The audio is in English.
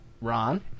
Ron